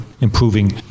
improving